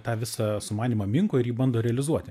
tą visą sumanymą minko ir jį bando realizuoti